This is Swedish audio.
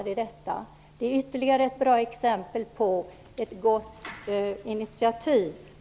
Det är ytterligare ett bra exempel på ett gott initiativ.